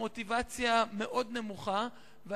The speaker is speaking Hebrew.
המוטיבציה נמוכה מאוד.